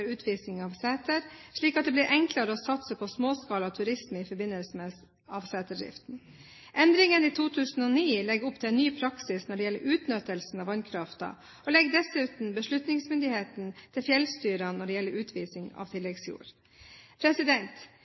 utvisning av seter, slik at det blir enklere å satse på småskala turisme i forbindelse med seterdriften. Endringene i 2009 legger opp til en ny praksis når det gjelder utnyttelsen av vannkraften, og legger dessuten beslutningsmyndigheten til fjellstyrene når det gjelder utvisning av tilleggsjord.